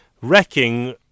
wrecking